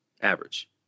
average